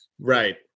Right